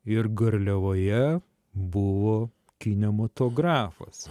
ir garliavoje buvo kinematografas